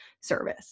service